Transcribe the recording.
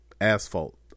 asphalt